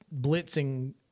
blitzing